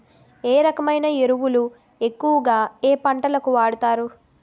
ఏ రకమైన ఎరువులు ఎక్కువుగా ఏ పంటలకు వాడతారు?